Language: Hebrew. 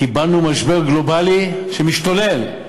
קיבלנו משבר גלובלי משתולל,